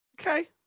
Okay